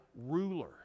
ruler